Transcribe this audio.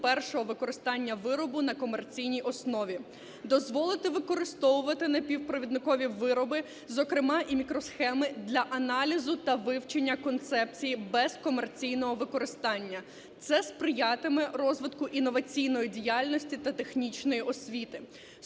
першого використання виробу на комерційній основі; дозволити використовувати напівпровідникові вироби, зокрема і мікросхеми, для аналізу та вивчення концепції без комерційного використання. Це сприятиме розвитку інноваційної діяльності та технічної освіти;